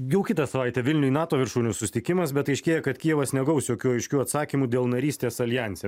jau kitą savaitę vilniuj nato viršūnių susitikimas bet aiškėja kad kijevas negaus jokių aiškių atsakymų dėl narystės aljanse